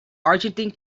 argentine